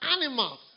animals